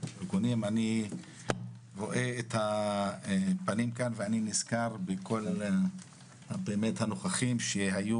אני רואה את הפנים ואני נזכר בכל הנוכחים שהיו